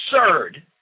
absurd